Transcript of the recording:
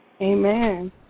Amen